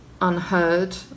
unheard